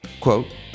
quote